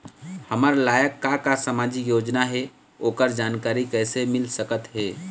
हमर लायक का का सामाजिक योजना हे, ओकर जानकारी कइसे मील सकत हे?